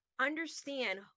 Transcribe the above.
understand